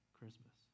Christmas